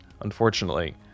unfortunately